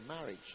marriage